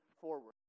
forward